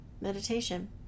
Meditation